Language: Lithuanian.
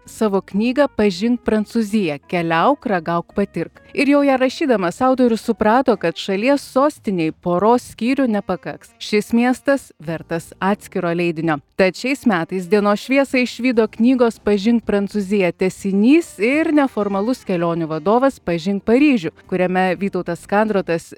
savo knygą pažink prancūziją keliauk ragauk patirk ir jau ją rašydamas autorius suprato kad šalies sostinei poros skyrių nepakaks šis miestas vertas atskiro leidinio tad šiais metais dienos šviesą išvydo knygos pažink prancūziją tęsinys ir neformalus kelionių vadovas pažink paryžių kuriame vytautas kandrotas